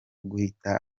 guhita